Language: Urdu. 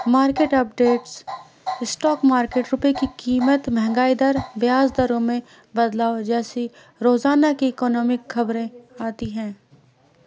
مارکیٹ اپڈیٹس اسٹاک مارکیٹ روپے کی قیمت مہنگائی در بیاز دروں میں بدلاؤ جیسی روزانہ کی اکنامک خبریں آتی ہیں